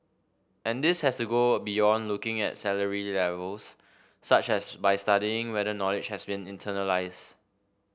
and this has to go beyond looking at salary levels such as by studying whether knowledge has been internalised